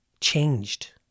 changed